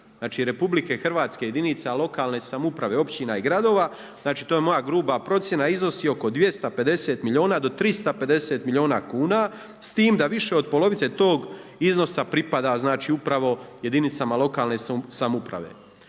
znači Republike Hrvatske, jedinica lokalne samouprave, općina i gradova, znači to je moja gruba procjena iznosi oko 250 milijuna do 350 milijuna kuna s tim da više od polovice tog iznosa pripada, znači upravo jedinicama lokalne samouprave.